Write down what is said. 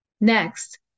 Next